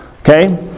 Okay